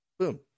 Boom